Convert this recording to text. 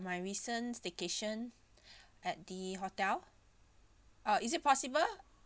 my recent staycation at the hotel uh is it possible